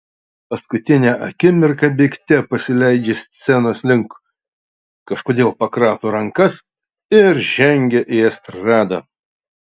paskutinę akimirką bėgte pasileidžia scenos link kažkodėl pakrato rankas ir žengia į estradą